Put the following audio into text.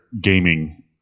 gaming